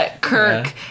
Kirk